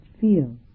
feel